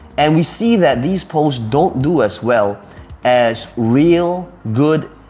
and we see that these posts don't do as well as real, good,